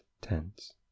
tense